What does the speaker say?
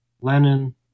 Lenin